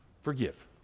Forgive